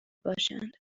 باشند